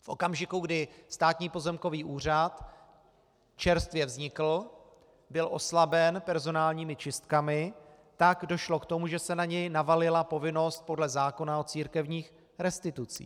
V okamžiku, kdy Státní pozemkový úřad čerstvě vznikl, byl oslaben personálními čistkami, tak došlo k tomu, že se na něj navalila povinnost podle zákona o církevních restitucích.